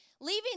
Leaving